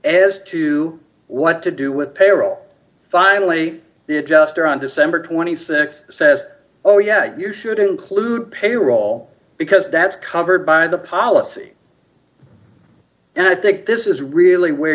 as to what to do with payroll finally the adjuster on december th says oh yeah you should include payroll because that's covered by the policy and i think this is really where